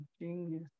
Genius